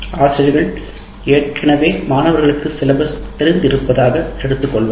ஆசிரியர்கள் பாடத்திட்டம் ஏற்கனவே மாணவர்களுக்குத் தெரிந்திருப்பதாக எடுத்துக்கொள்வார்கள்